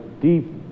deep